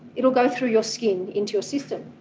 it'll go through your skin into your system.